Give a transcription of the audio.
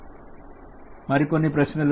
మరి కొన్ని ప్రశ్నలు